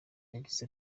yagize